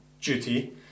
duty